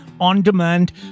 on-demand